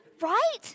Right